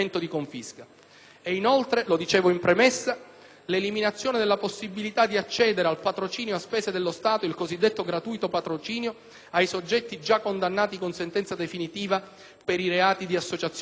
Infine - lo dicevo in premessa - l'eliminazione della possibilità di accedere al patrocinio a spese dello Stato (il cosiddetto gratuito patrocinio) ai soggetti già condannati con sentenza definitiva per i reati di associazione mafiosa.